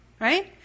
Right